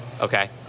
Okay